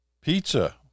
Pizza